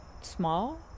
small